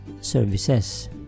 services